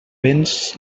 béns